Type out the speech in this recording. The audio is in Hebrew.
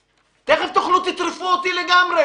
תכף, תאכלו, תטרפו אותי לגמרי.